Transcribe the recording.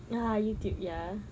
ya youtube ya